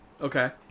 okay